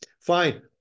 fine